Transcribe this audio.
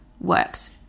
works